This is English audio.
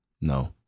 no